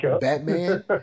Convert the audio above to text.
Batman